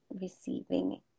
receiving